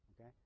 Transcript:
Okay